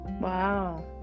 Wow